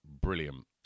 brilliant